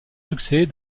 succès